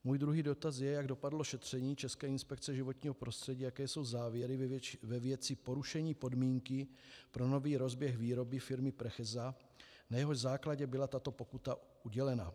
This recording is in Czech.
Můj druhý dotaz je, jak dopadlo šetření České inspekce životního prostředí a jaké jsou závěry ve věci porušení podmínky pro nový rozběh výroby firmy Precheza, na jehož základě byla tato pokuta udělena.